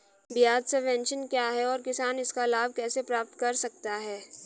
ब्याज सबवेंशन क्या है और किसान इसका लाभ कैसे प्राप्त कर सकता है?